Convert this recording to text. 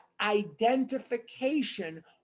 Identification